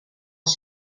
els